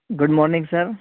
good morning sir